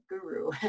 guru